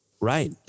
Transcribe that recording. right